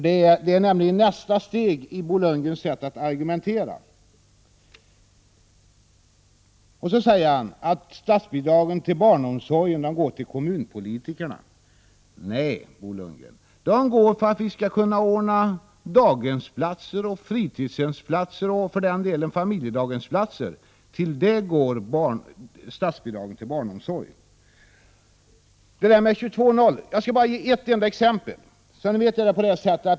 Det är nämligen nästa steg i Bo Lundgrens sätt att argumentera. Bo Lundgren säger att statsbidragen till barnomsorgen går till kommunpolitikerna. Nej, de pengarna är till för att vi skall kunna ordna daghemsoch fritidshemsplatser och för den delen också familjedaghemsplatser. Till detta går statsbidraget till barnomsorgen. Beträffande detta med 22-0: Jag skall bara ge ett enda exempel.